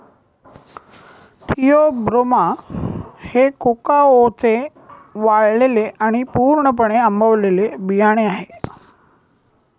Theobroma हे कोकाओचे वाळलेले आणि पूर्णपणे आंबवलेले बियाणे आहे